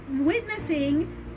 witnessing